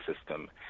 system